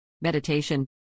Meditation